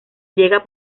llega